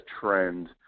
trend